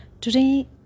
Today